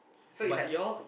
so is like